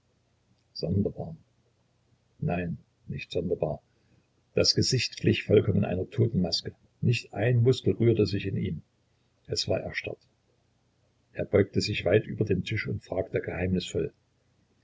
sonderbar nein nicht sonderbar das gesicht glich vollkommen einer totenmaske nicht ein muskel rührte sich in ihm es war erstarrt er beugte sich weit über den tisch und fragte geheimnisvoll